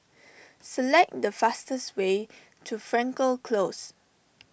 select the fastest way to Frankel Close